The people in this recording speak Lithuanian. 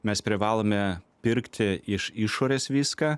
mes privalome pirkti iš išorės viską